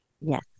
Yes